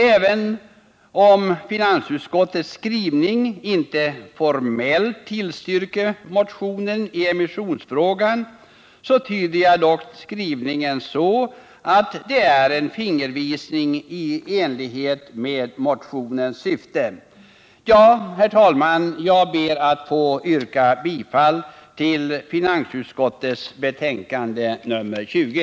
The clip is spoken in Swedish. Även om finansutskottets skrivning inte formellt tillstyrker motionen i emissionsfrågan, tyder jag dock skrivningen som en fingervisning i enlighet med motionens syfte. Herr talman! Jag yrkar bifall till finansutskottets hemställan i dess betänkande nr 20.